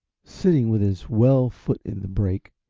sitting with his well foot in the brake,